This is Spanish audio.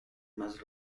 más